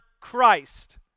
Christ